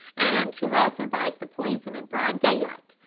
and who also buys the poison in broad daylight,